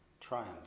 Triumph